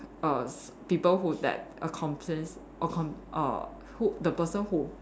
err people who that accomplice accom~ err who the person who